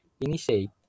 initiate